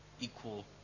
equal